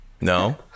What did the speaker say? No